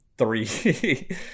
three